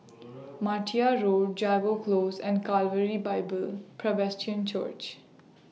Martia Road Jago Close and Calvary Bible Presbyterian Church